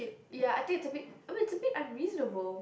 ya I think it's a bit I mean it's a bit unreasonable